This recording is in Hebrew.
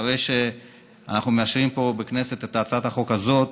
אחרי שאנחנו מאשרים פה בכנסת את הצעת החוק הזאת,